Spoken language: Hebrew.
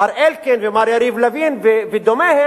מר אלקין ומר יריב לוין ודומיהם,